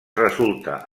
resulta